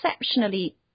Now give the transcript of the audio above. exceptionally